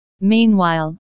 Meanwhile